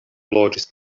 loĝis